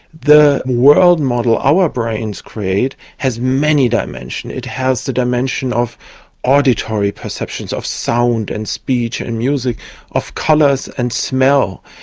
the world model our brains create has many dimensions, it has the dimension of auditory perceptions, of sound and speech and music of colours and smell.